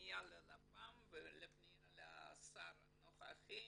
בפניה ללפ"מ ולשר הנוכחי